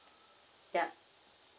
ya